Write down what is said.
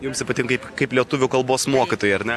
jums ypatingai kaip lietuvių kalbos mokytojai ar ne